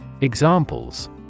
Examples